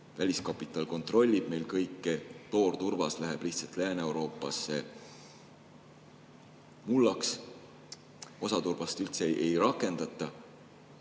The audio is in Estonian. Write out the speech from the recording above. väliskapital kontrollib meil kõike, toorturvas läheb lihtsalt Lääne-Euroopasse mullaks, osa turbast jääb üldse rakendamata.